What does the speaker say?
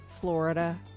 Florida